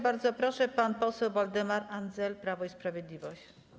Bardzo proszę, pan poseł Waldemar Andzel, Prawo i Sprawiedliwość.